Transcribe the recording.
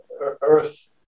earth